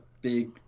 big